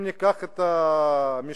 אם ניקח משפחה